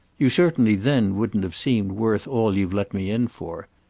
you certainly then wouldn't have seemed worth all you've let me in for.